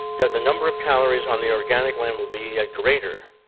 the the num ber of calories on the organic land will be ah greater